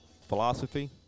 philosophy